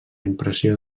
impressió